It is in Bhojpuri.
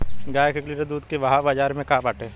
गाय के एक लीटर दूध के भाव बाजार में का बाटे?